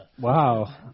Wow